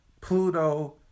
pluto